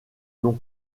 nom